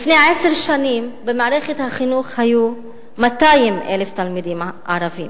לפני עשר שנים היו במערכת החינוך 200,000 תלמידים ערבים.